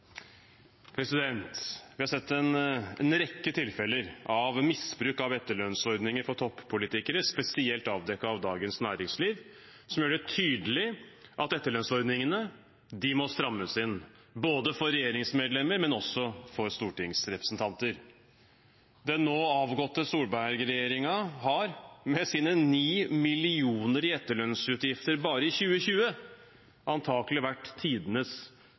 innstillingen. Vi har sett en rekke tilfeller av misbruk av etterlønnsordninger fra toppolitikere, spesielt avdekket av Dagens Næringsliv, som gjør det tydelig at etterlønnsordningene må strammes inn både for regjeringsmedlemmer og for stortingsrepresentanter. Den nå avgåtte Solberg-regjeringen har med sine ni millioner i etterlønnsutgifter bare i 2020 antakelig vært tidenes